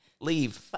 leave